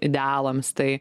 idealams tai